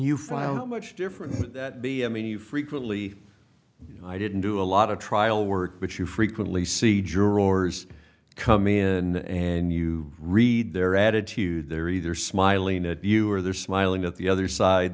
you file how much different that be i mean you frequently i didn't do a lot of trial work which you frequently see jurors come in and you read their attitude there either smiling at you or they're smiling at the other side